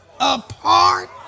apart